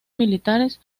militares